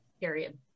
period